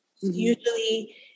Usually